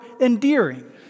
endearing